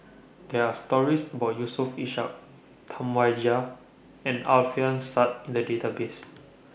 There Are stories about Yusof Ishak Tam Wai Jia and Alfian Sa'at in The Database